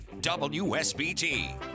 WSBT